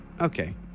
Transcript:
okay